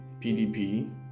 PDP